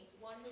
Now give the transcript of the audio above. one